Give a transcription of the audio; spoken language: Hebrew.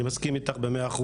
אני מסכים איתך ב- 100%,